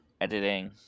editing